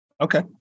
Okay